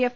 F